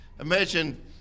imagine